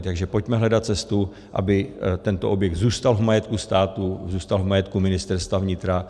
Takže pojďme hledat cestu, aby tento objekt zůstal v majetku státu, zůstal v majetku Ministerstva vnitra.